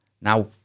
Now